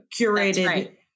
curated